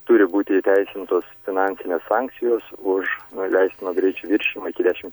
turi būti įteisintos finansinės sankcijos už leistino greičio viršijimą iki dešim